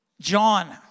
John